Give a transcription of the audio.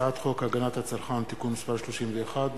הצעת חוק הגנת הצרכן (תיקון מס' 31)